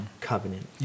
covenant